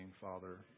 Father